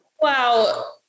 wow